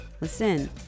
Listen